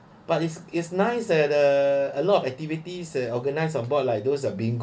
but is is nice eh the a lot of activities uh organise on board like those are bingo